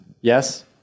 Yes